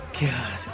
God